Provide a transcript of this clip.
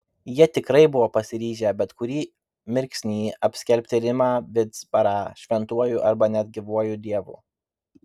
jie tikrai buvo pasiryžę bet kurį mirksnį apskelbti rimą vizbarą šventuoju arba net gyvuoju dievu